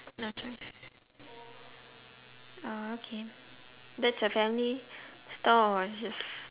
no choice oh okay that's a family store or just